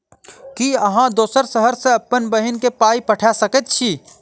की अहाँ दोसर शहर सँ अप्पन बहिन केँ पाई पठा सकैत छी?